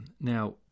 Now